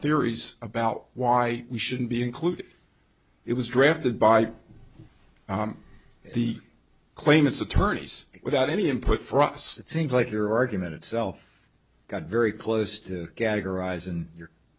theories about why we shouldn't be included it was drafted by the claimants attorneys without any input for us it seems like your argument itself got very close to categorize in your